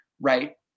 right